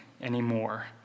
anymore